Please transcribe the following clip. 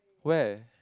where